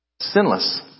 sinless